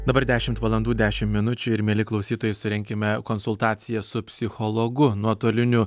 dabar dešimt valandų dešimt minučių ir mieli klausytojai surenkime konsultaciją su psichologu nuotoliniu